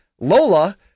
Lola